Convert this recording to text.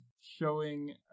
showing